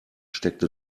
steckte